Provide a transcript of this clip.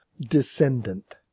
descendant